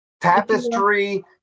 Tapestry